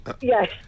Yes